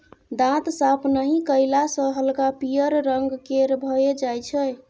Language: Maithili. दांत साफ नहि कएला सँ हल्का पीयर रंग केर भए जाइ छै